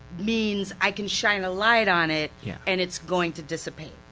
means i can shine a light on it and it's going to dissipate.